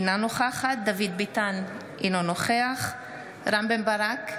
אינה נוכחת דוד ביטן, אינו נוכח רם בן ברק,